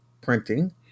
printing